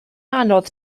anodd